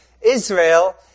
Israel